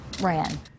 ran